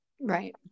Right